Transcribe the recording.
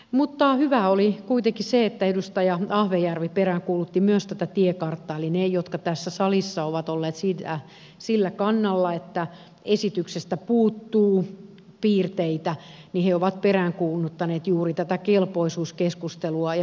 mutta hyvää oli kuitenkin se että edustaja ahvenjärvi peräänkuulutti myös tätä tiekarttaa eli ne jotka tässä salissa ovat olleet sillä kannalla että esityksestä puuttuu piirteitä ovat peräänkuuluttaneet juuri tätä kelpoisuuskeskustelua ja mitoituskeskustelua